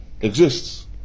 exists